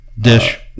dish